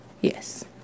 Yes